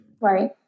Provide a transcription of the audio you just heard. Right